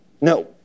No